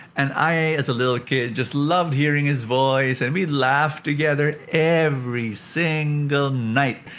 and, i as a little kid, just loved hearing his voice. and we laughed together every single night.